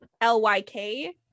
l-y-k